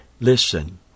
Listen